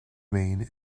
mane